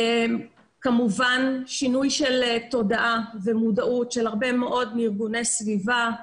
כמובן שינוי של תודעה ומודעות של הרבה מאוד ארגוני סביבה,